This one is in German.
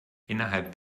innerhalb